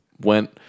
went